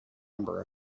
number